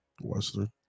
western